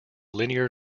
liner